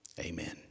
Amen